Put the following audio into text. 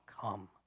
come